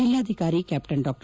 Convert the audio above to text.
ಜಿಲ್ಲಾಧಿಕಾರಿ ಕ್ಯಾಪ್ಟನ್ ಡಾ ಕೆ